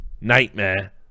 Nightmare